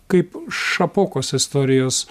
kaip šapokos istorijos